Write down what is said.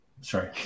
Sorry